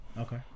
Okay